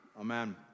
Amen